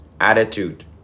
attitude